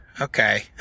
Okay